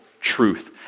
truth